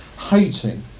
Hating